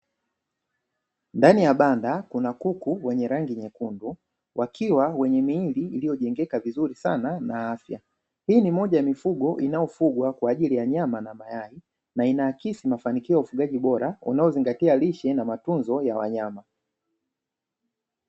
Ndani ya banda kuna Kuku wenye rangi nyekundu, wakiwa wenye miili iliyojengeka vizuri sana na afya, hii ni moja ya mifugo inayofugwa kwa ajili ya nyama na mayai, na inaakisi mafanikio ya ufugaji bora, unaozingatia lishe na matunzo ya wanyama.